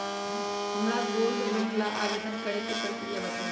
हमरा gold loan ला आवेदन करे के प्रक्रिया कृपया बताई